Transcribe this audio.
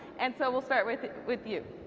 and so we'll start with with you.